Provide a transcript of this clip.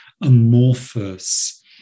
amorphous